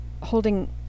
holding